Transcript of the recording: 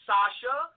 Sasha